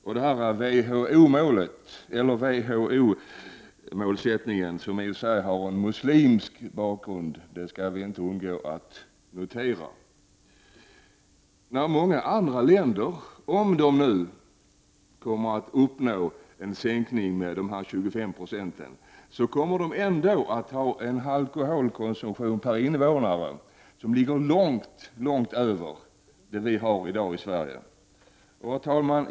Om dessa andra länder kommer att uppnå WHO målet — som i och för sig har en muslimsk bakgrund; det skall vi inte undgå att notera — om en sänkning med 25 96, så kommer de ändå att ha en alkoholkonsumtion per invånare som ligger långt över vad vi har i dag i Sverige.